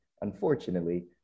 unfortunately